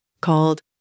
called